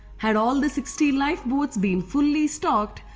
had all the sixty lifeboats been fully stocked,